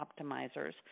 optimizers